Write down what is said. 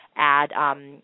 Add